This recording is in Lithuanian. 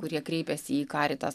kurie kreipiasi į karitas